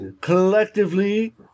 collectively